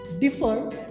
differ